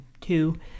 two